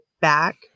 back